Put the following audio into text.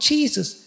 Jesus